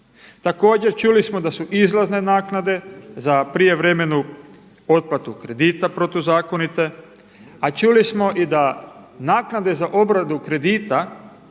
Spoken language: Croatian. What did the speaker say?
Također čuli smo da su izlazne naknade za prijevremenu otplatu kredita protuzakonite, a čuli smo da i naknade za obradu kredita